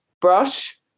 Brush